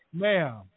ma'am